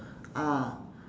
ah